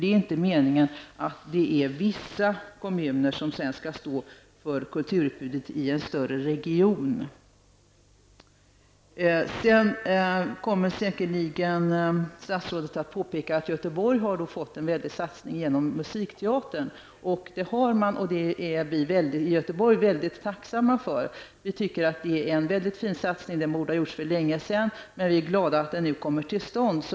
Det är nämligen inte meningen att vissa kommuner skall stå för kulturutbudet i en större region. Statsrådet kommer säkerligen att påpeka att Göteborg har fått en väldig satsning genom musikteatern. Det är sant, och det är vi i Göteborg mycket tacksamma för. Vi tycker att det är en mycket fin satsning som borde ha gjorts för länge sedan, men vi är ändå glada att den nu kommer till stånd.